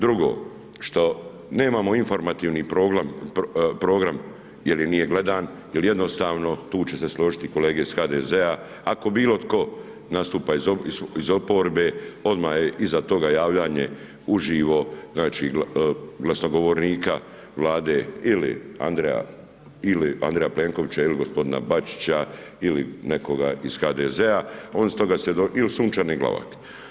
Drugo što nemamo informativni program jel nije gledan, jel jednostavno tu će se složiti i kolege iz HDZ-a ako bilo tko nastupa iz oporbe odmah je iza toga javljanje uživo znači glasnogovornika Vlade ili Andreja Plenkovića ili gospodina Bačića ili nekoga iz HDZ-a, oni su toga, il Sunčane Glavak.